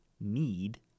need